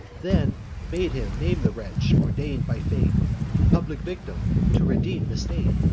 then bade him name the wretch, ordain'd by fate the public victim, to redeem the state.